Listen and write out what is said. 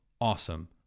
Awesome